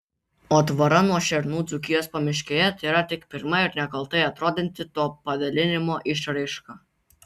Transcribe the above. o tvora nuo šernų dzūkijos pamiškėje tėra tik pirma ir nekaltai atrodanti to padalinimo išraiška